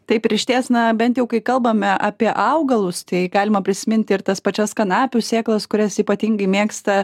taip ir išties na bent jau kai kalbame apie augalus tai galima prisiminti ir tas pačias kanapių sėklas kurias ypatingai mėgsta